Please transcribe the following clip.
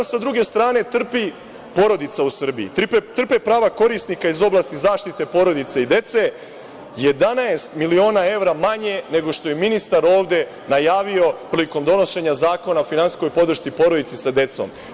Sa druge strane, naravno, trpi porodica u Srbiji, trpe prava korisnika iz oblasti zaštite porodice i dece, 11 miliona evra manje nego što je ministar ovde najavio prilikom donošenja Zakona o finansijskog podršci porodici sa decom.